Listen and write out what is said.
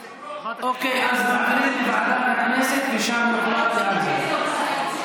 אוקיי, אז ועדת הכנסת, ושם יוחלט לאן זה יעבור.